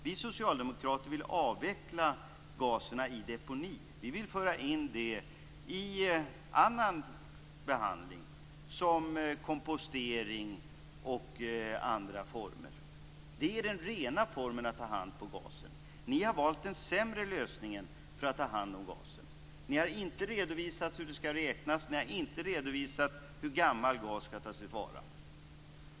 Vi socialdemokrater vill avveckla gaserna i deponi. Vi vill föra in dem i annan behandling, som t.ex. kompostering. Det är den rena formen att ta hand om gasen. Ni har valt den sämre lösningen för att ta hand om gasen. Ni har inte redovisat hur beräkningarna skall ske. Ni har inte redovisat hur gammal gas skall tas till vara.